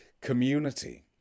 community